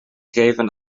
geven